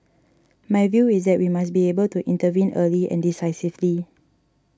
my view is that we must be able to intervene early and decisively